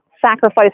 sacrifice